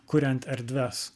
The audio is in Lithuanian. kuriant erdves